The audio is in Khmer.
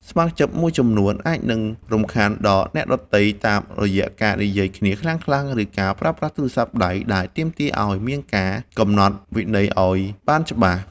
សមាជិកមួយចំនួនអាចនឹងរំខានដល់អ្នកដទៃតាមរយៈការនិយាយគ្នាខ្លាំងៗ ឬការប្រើប្រាស់ទូរស័ព្ទដៃ ដែលទាមទារឱ្យមានការកំណត់វិន័យឱ្យបានច្បាស់។